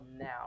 now